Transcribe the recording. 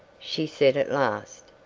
she said at last,